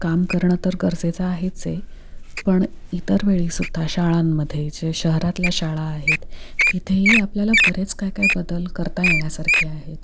काम करणं तर गरजेचं आहेच आहे पण इतर वेळीसुद्धा शाळांमध्ये जे शहरातल्या शाळा आहेत तिथेही आपल्याला बरेच काय काय बदल करता येण्यासारखे आहेत